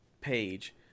page